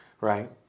Right